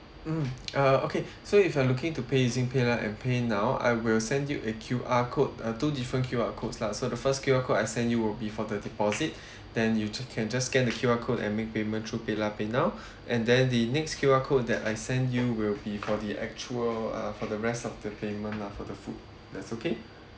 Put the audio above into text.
mm uh okay so if you are looking to pay using PayLah and PayNow I will send you a Q_R code uh two different Q_R codes lah so the first Q_R code I send you will be for the deposit then you ju~ can just scan the Q_R code and make payment through PayLah PayNow and then the next Q_R code that I send you will be for the actual uh for the rest of the payment lah for the food that's okay